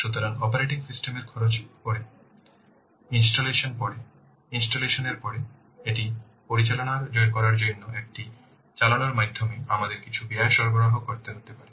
সুতরাং operating system এর খরচের পরে ইনস্টলেশনের পরে ইনস্টলেশন এর পরে এটি পরিচালনা করার জন্য এটি চালানোর মাধ্যমে আমাদের কিছু ব্যয় সরবরাহ করতে হতে পারে